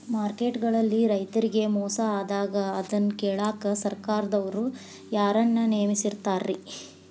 Market ಗಳಲ್ಲಿ ರೈತರಿಗೆ ಮೋಸ ಆದಾಗ ಅದನ್ನ ಕೇಳಾಕ್ ಸರಕಾರದವರು ಯಾರನ್ನಾ ನೇಮಿಸಿರ್ತಾರಿ?